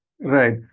Right